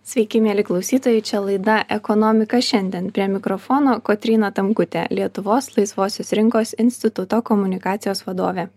sveiki mieli klausytojai čia laida ekonomika šiandien prie mikrofono kotryna tamkutė lietuvos laisvosios rinkos instituto komunikacijos vadovė